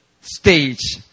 stage